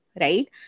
right